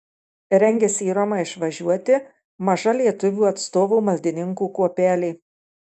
rengiasi į romą išvažiuoti maža lietuvių atstovų maldininkų kuopelė